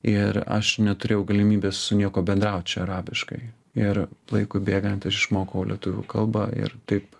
ir aš neturėjau galimybės su niekuo bendraut čia arabiškai ir laikui bėgant aš išmokau lietuvių kalbą ir taip